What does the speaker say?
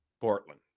Portland